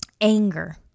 Anger